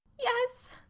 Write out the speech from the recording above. Yes